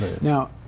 Now